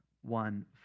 one